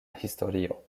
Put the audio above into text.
historio